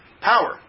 power